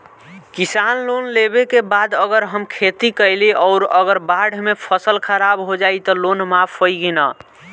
किसान लोन लेबे के बाद अगर हम खेती कैलि अउर अगर बाढ़ मे फसल खराब हो जाई त लोन माफ होई कि न?